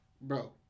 Bro